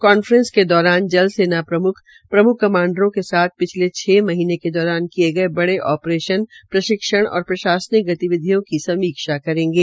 conference के दौरान जल सेना प्रम्ख प्रम्ख कमांडरों के साथ पिछले छ महीने के दौरान किए गये बड़े आप्रेशन प्रशिक्षण और प्रशासनिक गतिविधियों की समीक्षा करेंगे